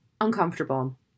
uncomfortable